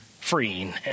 freeing